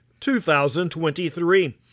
2023